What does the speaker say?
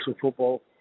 football